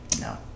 No